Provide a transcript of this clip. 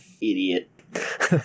Idiot